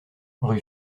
rue